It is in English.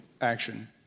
action